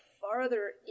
farther